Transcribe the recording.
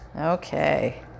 Okay